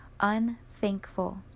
unthankful